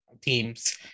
teams